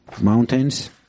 mountains